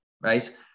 Right